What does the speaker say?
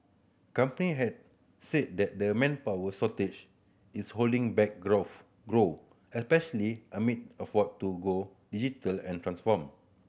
company had said that the manpower shortage is holding back grow especially amid effort to go digital and transform